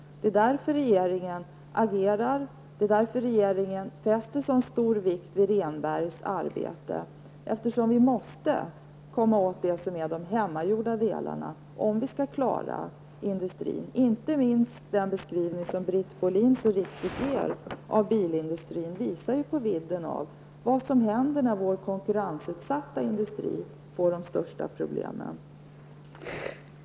Det är därför regeringen agerar, och det är därför regeringen fäster så stor vikt vid Rehnbergs arbete. Vi måste komma åt de hemmagjorda problemen om vi skall klara industrin. Inte minst den beskrivning som Britt Bohlin så riktigt gör av bilindustrins situation visar vidden av vad som händer när vår konkurrensutsatta industri får de största problemen.